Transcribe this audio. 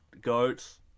goats